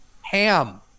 Ham